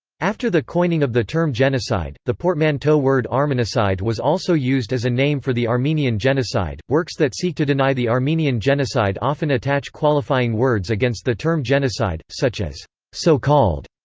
after the coining of the term genocide, the portmanteau word armenocide was also used as a name for the armenian genocide works that seek to deny the armenian genocide often attach qualifying words against the term genocide, such as so-called,